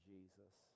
Jesus